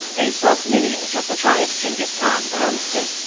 a sublineage of the tribe chinggis khan belonged to.